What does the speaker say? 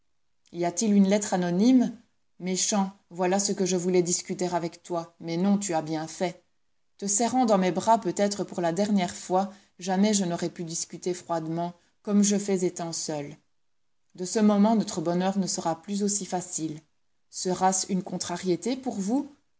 y a-t-il une lettre anonyme méchant voilà ce que je voulais discuter avec toi mais non tu as bien fait te serrant dans mes bras peut-être pour la dernière fois jamais je n'aurais pu discuter froidement comme je fais étant seule de ce moment notre bonheur ne sera plus aussi facile sera-ce une contrariété pour vous